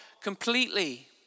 completely